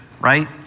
right